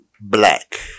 black